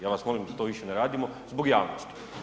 Ja vas molim da to više ne radimo zbog javnosti.